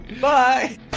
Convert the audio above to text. Bye